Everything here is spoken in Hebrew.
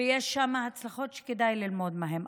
יש שם הצלחות שכדאי ללמוד מהן.